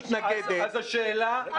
לא, לא.